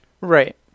Right